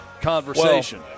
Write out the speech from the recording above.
conversation